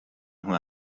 who